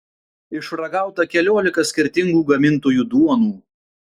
išragauta keliolika skirtingų gamintojų duonų